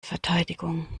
verteidigung